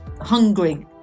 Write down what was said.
hungry